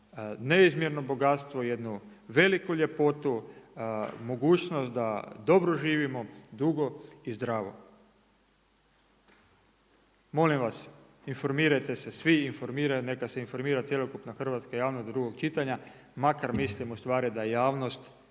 neizmjerno bogatstvo, jednu veliku ljepotu, mogućnost da dobro živimo dugo i zdravo. Molim vas, informirajte se svi, neka se informira cjelokupna hrvatska javnost do drugog čitanja makar mislimo u stvari da je javnost